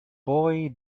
boy